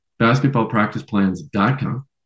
basketballpracticeplans.com